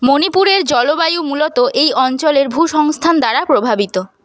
মণিপুরের জলবায়ু মূলত এই অঞ্চলের ভূসংস্থান দ্বারা প্রভাবিত